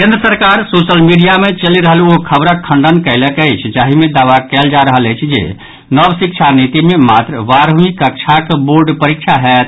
केन्द्र सरकार social media मे चलि रहल ओ खबरक खंडन कयलक अछि जाहि मे दावा कयल जा रहल अछि जे नव शिक्षा नीति मे मात्र बारहवीं कक्षाक बोर्ड परीक्षा होयत